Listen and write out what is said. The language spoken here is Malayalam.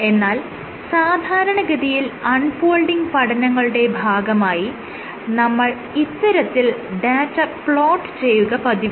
എന്നാൽ സാധാരണഗതിയിൽ അൺ ഫോൾഡിങ് പഠനങ്ങളുടെ ഭാഗമായി നമ്മൾ ഇത്തരത്തിൽ ഡാറ്റ പ്ലോട്ട് ചെയ്യുക പതിവില്ല